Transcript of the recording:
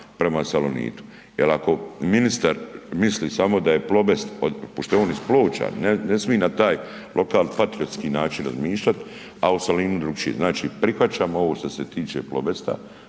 prema „Salonitu“. Jel ako ministar misli samo da je „Plobest“ pošto je on iz Ploča, ne smi na taj lokalpatriotski način razmišljati, a o Solinu drukčije. Znači prihvaćam ovo što se tiče „Plobesta“,